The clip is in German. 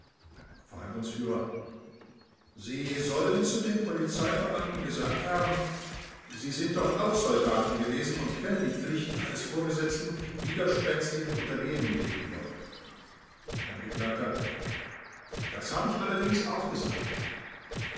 verhandlungsf sie sollen zu den polizeibeamten gesagt haben sie sind doch auch soldaten gewesen und kennen die pflichten eines vorgesetzten widerspenstigen untergebenen gegenüber angekl das habe ich allerdings auch gesagt